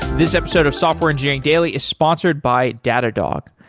this episode of software engineering daily is sponsored by datadog.